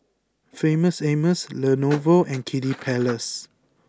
Famous Amos Lenovo and Kiddy Palace